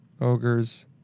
Ogres